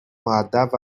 مودب